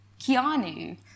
Keanu